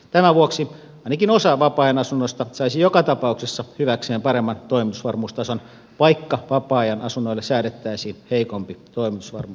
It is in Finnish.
tämän vuoksi ainakin osa vapaa ajan asunnoista saisi joka tapauksessa hyväkseen paremman toimitusvarmuustason vaikka vapaa ajan asunnoille säädettäisiin heikompi toimitusvarmuusvaatimus